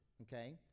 okay